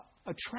attract